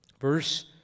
verse